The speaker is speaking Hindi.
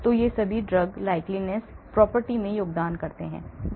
तो ये सभी drug likeness property में योगदान करते हैं